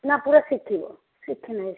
ନା ପୁରା ଶିଖିଵ ଶିଖିନି ସେ